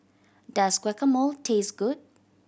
does Guacamole taste good